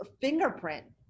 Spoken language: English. fingerprint